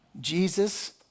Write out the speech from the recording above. Jesus